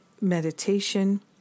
meditation